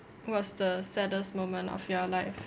was the saddest moment of your life